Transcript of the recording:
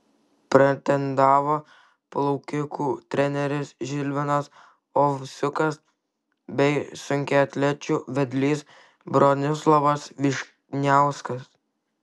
pretendavo plaukikų treneris žilvinas ovsiukas bei sunkiaatlečių vedlys bronislovas vyšniauskas